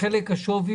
לגבי נושאי התקצוב,